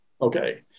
Okay